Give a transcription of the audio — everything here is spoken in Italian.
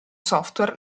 software